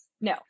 No